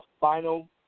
final